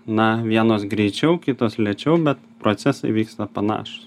na vienos greičiau kitos lėčiau bet procesai vyksta panašūs